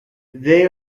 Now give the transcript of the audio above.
they